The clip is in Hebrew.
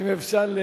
אם אפשר,